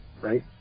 right